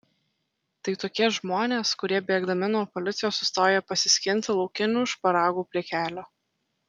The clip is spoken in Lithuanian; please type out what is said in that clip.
tai tokie žmonės kurie bėgdami nuo policijos sustoja pasiskinti laukinių šparagų prie kelio